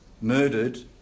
murdered